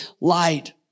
light